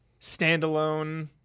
standalone